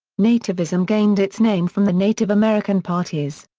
nativism gained its name from the native american parties.